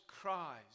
cries